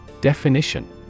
Definition